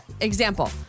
example